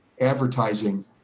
advertising